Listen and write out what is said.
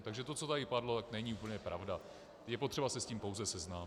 Takže to, co tady padlo, není úplně pravda, je potřeba se s tím pouze seznámit.